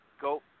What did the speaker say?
go